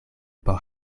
por